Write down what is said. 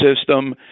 system